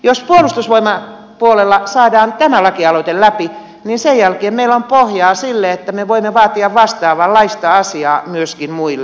jos puolustusvoimapuolella saadaan tämä lakialoite läpi niin sen jälkeen meillä on pohjaa sille että me voimme vaatia vastaavanlaista asiaa myöskin muille